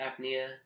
apnea